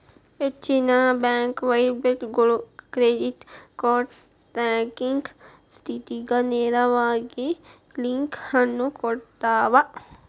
ಹೆಚ್ಚಿನ ಬ್ಯಾಂಕ್ ವೆಬ್ಸೈಟ್ಗಳು credit card tracking ಸ್ಥಿತಿಗ ನೇರವಾಗಿ ಲಿಂಕ್ ಅನ್ನು ಕೊಡ್ತಾವ